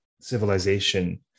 civilization